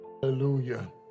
Hallelujah